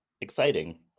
exciting